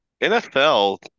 NFL